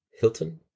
Hilton